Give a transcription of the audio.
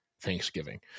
Thanksgiving